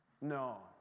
no